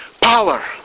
power